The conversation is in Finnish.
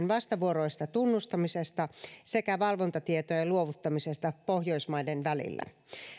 vastavuoroisesta tunnustamisesta sekä valvontatietojen luovuttamisesta pohjoismaiden välillä